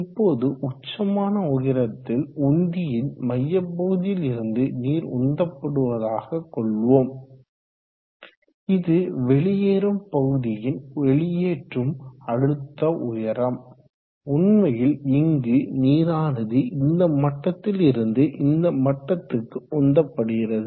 இப்போது உச்சமான உயரத்தில் உந்தியின் மையப்பகுதியில் இருந்து நீர் உந்தப்படுவதாக கொள்வோம் இது வெளியேறும் பகுதியின் வெளியேற்றும் அழுத்த உயரம் உண்மையில் இங்கு நீரானது இந்த மட்டத்தில் இருந்து இந்த மட்டத்துக்கு உந்தப்படுகிறது